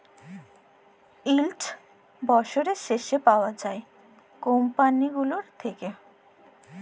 yield বসরের শেষে পাউয়া যায় কম্পালির থ্যাইকে